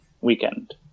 weekend